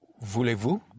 Voulez-vous